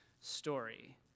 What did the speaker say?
story